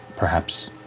perhaps,